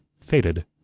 faded